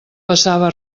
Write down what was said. passava